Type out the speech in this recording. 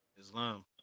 Islam